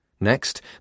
Next